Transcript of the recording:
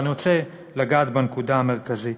אבל אני רוצה לגעת בנקודה המרכזית,